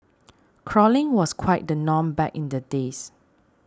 crawling was quite the norm back in the days